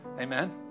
amen